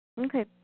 Okay